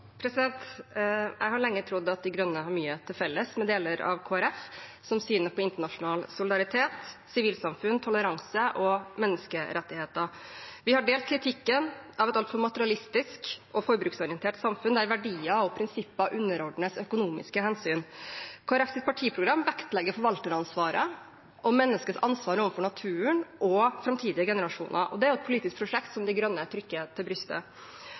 Jeg har lenge trodd at De Grønne har mye til felles med deler av Kristelig Folkeparti, som synet på internasjonal solidaritet, sivilsamfunn, toleranse og menneskerettigheter. Vi har delt kritikken av et altfor materialistisk og forbruksorientert samfunn, der verdier og prinsipper underordnes økonomiske hensyn. Kristelig Folkepartis partiprogram vektlegger forvalteransvaret og menneskets ansvar overfor naturen og framtidige generasjoner. Det er et politisk prosjekt som De Grønne trykker til brystet.